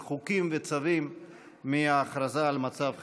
של חוקים וצווים מההכרזה על מצב חירום,